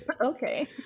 Okay